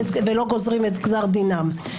ולא גוזרים את גזר דינם.